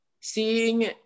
seeing